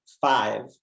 five